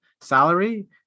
salary